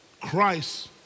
Christ